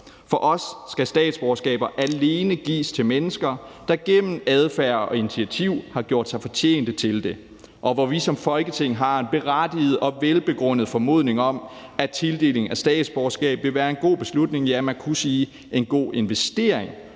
at se skal statsborgerskaber alene gives til mennesker, der gennem adfærd og initiativ har gjort sig fortjent til det, og hvor vi som Folketing har en berettiget og velbegrundet formodning om, at tildeling af statsborgerskab vil være en god beslutning – ja, man kunne sige